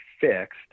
fixed